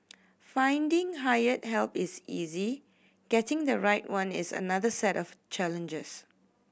finding hired help is easy getting the right one is another set of challenges